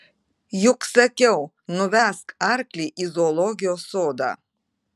juk sakiau nuvesk arklį į zoologijos sodą